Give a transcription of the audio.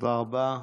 תודה רבה.